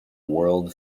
world